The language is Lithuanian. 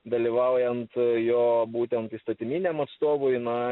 dalyvaujant jo būtent įstatyminiam atstovui na